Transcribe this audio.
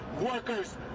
workers